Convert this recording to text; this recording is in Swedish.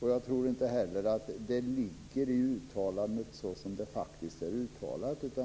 Jag tror inte heller att det ligger i uttalandet så som det faktiskt är gjort.